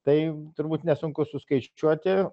tai turbūt nesunku suskaičiuoti